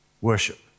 worship